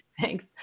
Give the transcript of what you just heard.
Thanks